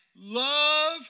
love